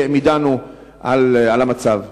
שהעמידנו על המצב.